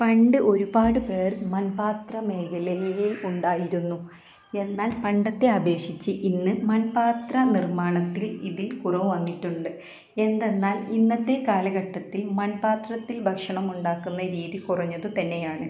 പണ്ട് ഒരുപാടുപേർ മൺപാത്രമേഖലയെ ഉണ്ടായിരുന്നു എന്നാൽ പണ്ടത്തെ അപേക്ഷിച്ച് ഇന്ന് മൺപാത്രനിർമ്മാണത്തിൽ ഇതിൽ കുറവ് വന്നിട്ടുണ്ട് എന്തെന്നാൽ ഇന്നത്തെ കാലഘട്ടത്തിൽ മൺപാത്രത്തിൽ ഭക്ഷണം ഉണ്ടാക്കുന്ന രീതി കുറഞ്ഞതു തന്നെയാണ്